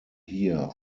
hier